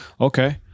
Okay